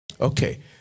Okay